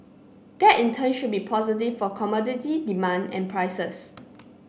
that in turn should be positive for commodity demand and prices